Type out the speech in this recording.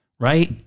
Right